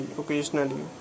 occasionally